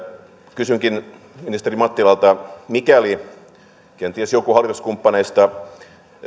kysynkin ministeri mattilalta mikäli kenties joku hallituskumppaneista